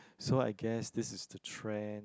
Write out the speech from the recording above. so I guess this is the trend